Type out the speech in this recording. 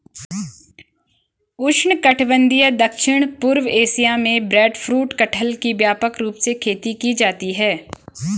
उष्णकटिबंधीय दक्षिण पूर्व एशिया में ब्रेडफ्रूट कटहल की व्यापक रूप से खेती की जाती है